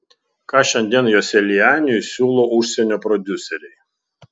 ką šiandien joselianiui siūlo užsienio prodiuseriai